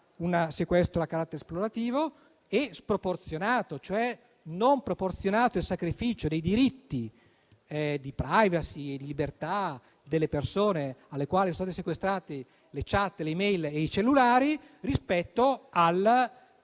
un sequestro a carattere esplorativo e sproporzionato, cioè non proporzionato al sacrificio dei diritti di *privacy* e di libertà delle persone alle quali sono stati sequestrati le *chat*, le *e-mail* e i cellulari, rispetto alla